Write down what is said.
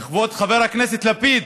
כבוד חבר הכנסת לפיד,